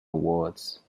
awards